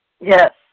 yes